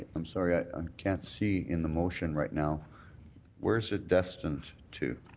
i'm sorry, i um can't see in the motion right now where is it destined to?